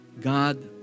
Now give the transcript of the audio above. God